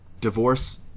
divorce